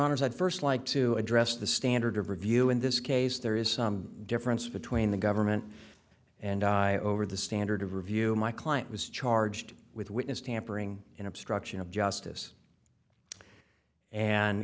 i'd first like to address the standard of review in this case there is some difference between the government and i over the standard of review my client was charged with witness tampering and obstruction of justice and